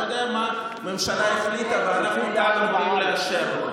אני יודע מה הממשלה החליטה ואנחנו כאן אמורים לאשר.